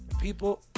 people